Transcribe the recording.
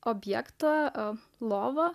objektą lovą